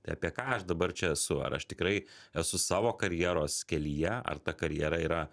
tai apie ką aš dabar čia esu ar aš tikrai esu savo karjeros kelyje ar ta karjera yra